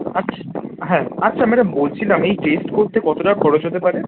আচ্ছা হ্যাঁ আচ্ছা ম্যাডাম বলছিলাম এই টেস্ট করতে কত টাকা খরচ হতে পারে